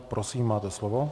Prosím máte slovo.